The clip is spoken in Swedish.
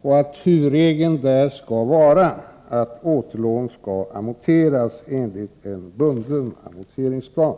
och att huvudregeln skall vara att återlån skall amorteras enligt en bunden amorteringsplan.